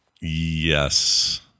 Yes